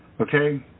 okay